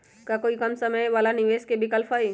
का कोई कम समय वाला निवेस के विकल्प हई?